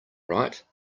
right